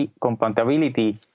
compatibility